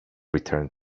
returned